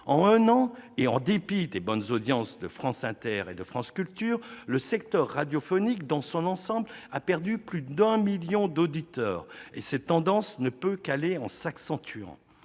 En un an, et en dépit des bonnes audiences de France Inter et de France Culture, le secteur radiophonique dans son ensemble a perdu plus d'un million d'auditeurs. Cette tendance ne peut aller qu'en s'accentuant.